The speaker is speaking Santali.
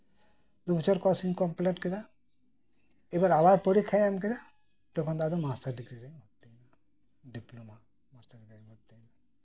ᱫᱩ ᱵᱚᱪᱷᱚᱨ ᱠᱳᱨᱥ ᱤᱧ ᱠᱳᱢᱯᱤᱞᱤᱴ ᱠᱮᱫᱟ ᱮᱵᱟᱨ ᱟᱵᱟᱨ ᱯᱚᱨᱤᱠᱠᱷᱟᱧ ᱮᱢ ᱠᱮᱫᱟ ᱛᱚᱠᱷᱚᱱ ᱫᱚ ᱟᱫᱚ ᱢᱟᱥᱴᱟᱨ ᱰᱤᱜᱽᱨᱤ ᱨᱤᱧ ᱵᱷᱚᱨᱛᱤᱭᱮᱱᱟ ᱰᱤᱯᱞᱳᱢᱟ ᱠᱳᱨᱥ ᱨᱤᱧ ᱵᱷᱚᱨᱛᱤᱭᱮᱱᱟ